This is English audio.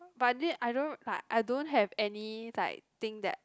but didn't I don't like I don't have any like thing that